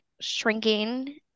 Shrinking